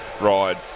ride